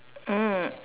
mm